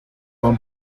juan